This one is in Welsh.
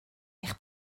eich